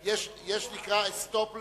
יש מה שנקרא: estoppel